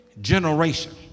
generation